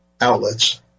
outlets